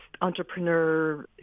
entrepreneur